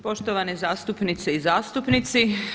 Poštovane zastupnice i zastupnici.